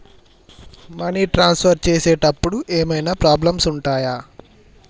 Money transfer చేసేటప్పుడు ఏమైనా problems ఉంటయా?